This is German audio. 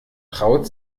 traut